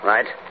Right